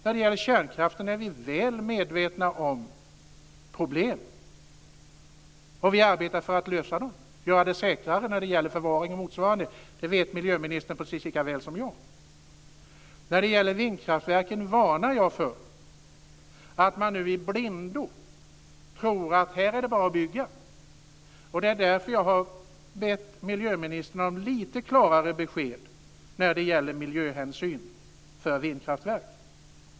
När det gäller kärnkraften är vi väl medvetna om problemen, och vi arbetar för att lösa dem och göra det säkrare när det gäller förvaring och motsvarande. Det vet miljöministern precis lika väl som jag. När det gäller vindkraftverken varnar jag för att man nu i blindo tror att det bara är att bygga. Det är därför som jag har bett miljöministern om lite klarare besked när det gäller miljöhänsyn i fråga om vindkraftverk.